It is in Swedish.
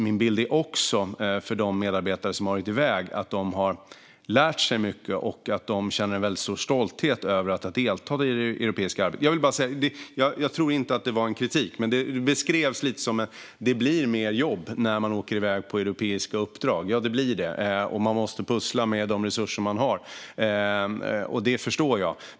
Min bild är även att de medarbetare som varit iväg har lärt sig mycket och att de känner en väldigt stor stolthet över att ha deltagit i det europeiska arbetet. Jag tror inte att det var kritik, men det beskrevs lite som att det blir mer jobb när man åker iväg på europeiska uppdrag. Ja, det blir det, och man måste pussla med de resurser man har. Det förstår jag.